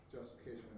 justification